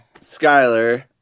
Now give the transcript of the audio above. Skyler